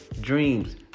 dreams